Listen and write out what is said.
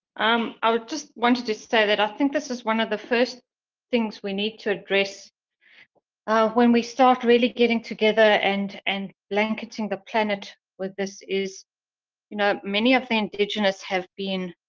um i just wanted to say that i think this is one of the first things we need to address ah, when we start really getting together and, and blanketing the planet with this, is you know, many of the indigenous have been.